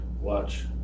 watch